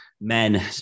men